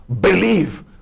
believe